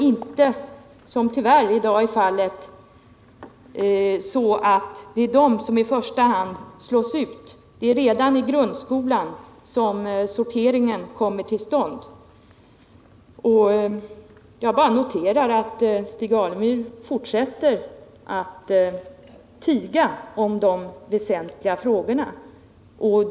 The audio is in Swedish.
I dag är det tyvärr så, att det i första hand är de som slås ut. Redan i grundskolan sker sorteringen. Jag noterar att Stig Alemyr bara fortsätter att tiga om de väsentliga frågorna.